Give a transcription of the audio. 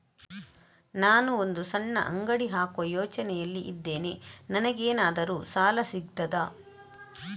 ನಾನು ಒಂದು ಸಣ್ಣ ಅಂಗಡಿ ಹಾಕುವ ಯೋಚನೆಯಲ್ಲಿ ಇದ್ದೇನೆ, ನನಗೇನಾದರೂ ಸಾಲ ಸಿಗ್ತದಾ?